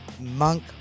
Monk